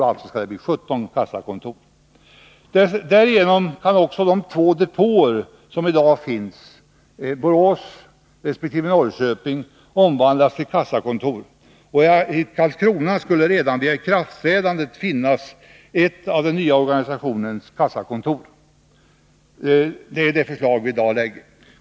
Det blir alltså 17 kassakontor. Därigenom kan också de 2 depåer som i dag finns, i Borås resp. Norrköping, omvandlas till kassakontor. I Karlskrona skulle redan vid ikraftträdandet finnas ett av den nya organisationens kassakontor, enligt det förslag som vi i dag lägger fram.